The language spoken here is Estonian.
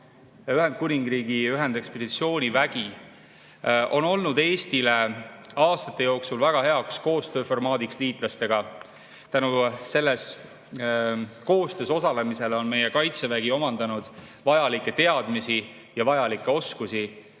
Ühendkuningriigi ühendekspeditsioonivägi on olnud Eestile aastate jooksul väga heaks liitlaskoostöö formaadiks. Tänu selles koostöös osalemisele on meie Kaitsevägi omandanud vajalikke teadmisi ja vajalikke oskusi.